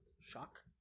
Shock